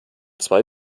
zwei